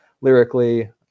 lyrically